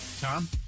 Tom